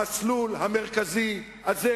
המסלול המרכזי הזה,